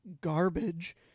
garbage